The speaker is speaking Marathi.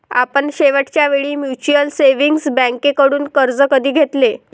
आपण शेवटच्या वेळी म्युच्युअल सेव्हिंग्ज बँकेकडून कर्ज कधी घेतले?